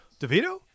DeVito